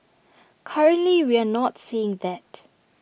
currently we are not seeing that